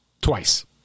Twice